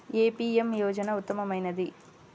ఏ PM యోజన ఉత్తమమైనది?